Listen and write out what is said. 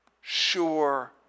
sure